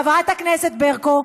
חברת הכנסת ברקו,